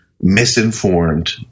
misinformed